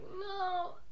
no